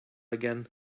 again